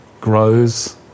grows